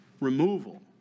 removal